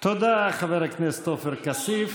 תודה, חבר הכנסת עופר כסיף.